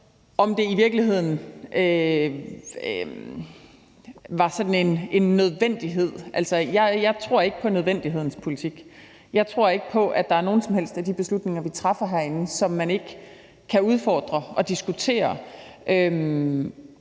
om det i virkeligheden var sådan en nødvendighed. Jeg tror ikke på nødvendighedens politik. Jeg tror ikke på, at der er nogen som helst af de beslutninger, vi træffer herinde, som man ikke kan udfordre og diskutere.